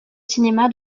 cinéma